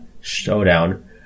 showdown